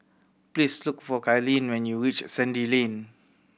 please look for Kylene when you reach Sandy Lane